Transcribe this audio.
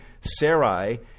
Sarai